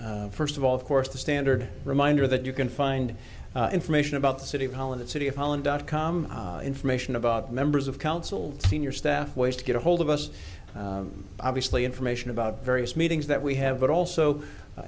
items first of all of course the standard reminder that you can find information about the city hall in the city of holland dot com information about members of council senior staff ways to get a hold of us obviously information about various meetings that we have but also